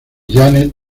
janet